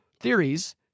theories